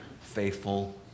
faithful